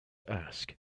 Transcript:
ask